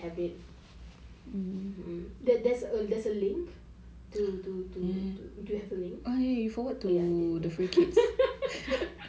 kau ambil kat C_C either way lah so like that lor so every member will have it there's a there's a link